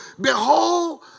behold